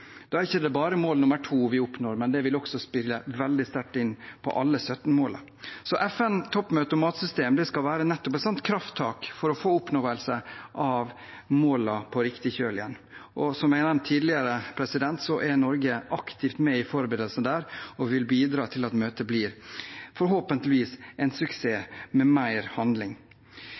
vi ikke bare mål nr. 2, det vil spille veldig sterkt inn i alle de 17 målene. FNs toppmøte om matsystem skal nettopp være et sånt krafttak for å få måloppnåelsen på riktig kjøl igjen. Som jeg har nevnt tidligere, er Norge aktivt med i forberedelsene der, og vi vil bidra til at møtet forhåpentligvis blir en suksess med mer handling.